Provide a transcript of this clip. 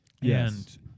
Yes